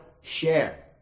share